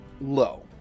low